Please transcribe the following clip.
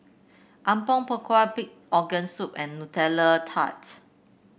Apom Berkuah Pig Organ Soup and Nutella Tart